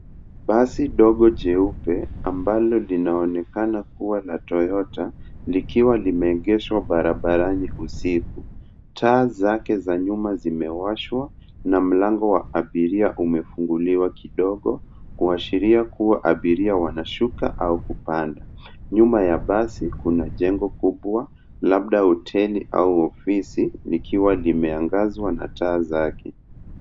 Basi dogo jeupe ambalo linaonekana kuwa la Toyota likiwa limeegeshwa barabarani usiku. Taa zake za nyuma zimewashwa na mlango wa abiria umefunguliwa kidogo, kuashiria kuwa abiria wanashuka au kupanda. Nyuma ya basi kuna jengo kubwa labda hoteli au ofisi likiwa limeangazwa na taa zake.